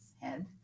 head